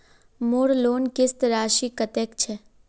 मोर लोन किस्त राशि कतेक छे?